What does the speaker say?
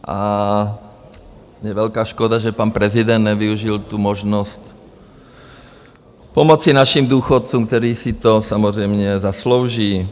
A je velká škoda, že pan prezident nevyužil tu možnost pomoci našim důchodcům, kteří si to samozřejmě zaslouží.